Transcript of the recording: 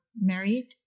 married